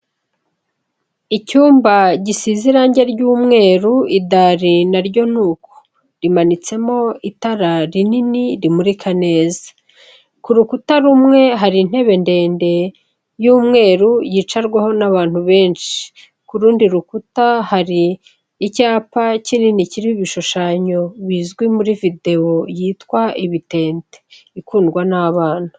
Icyumba gisize irange ry'umweru idari naryo ni uko. Rimanitsemo itara rinini rimurika neza. Ku rukuta rumwe hari intebe ndende y'umweru yicarwaho n'abantu benshi. Ku rundi rukuta hari icyapa kinini kiriho ibishushanyo bizwi muri videwo yitwa ibitente ikundwa n'abana.